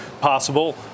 possible